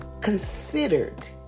considered